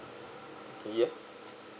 yes